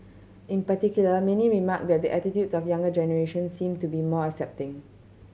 in particular many remarked that attitudes of younger generation seem to be more accepting